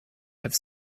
have